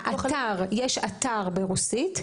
יש אתר ברוסית,